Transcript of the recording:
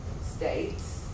states